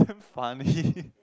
damn funny